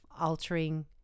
altering